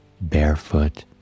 barefoot